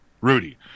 Rudy